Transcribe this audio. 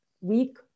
week